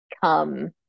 come